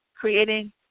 creating